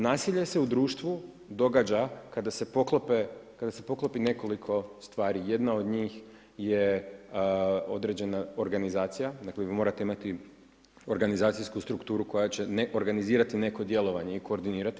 Nasilje se u društvu događa kada se poklopi nekoliko stvari, jedna od njih je određena organizacija, dakle vi morate imati organizacijsku strukturu koja će ne organizirati neko djelovanje i koordinirati.